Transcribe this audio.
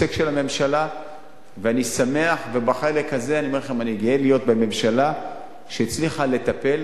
ואני שמח ואני גאה להיות בממשלה שהצליחה לטפל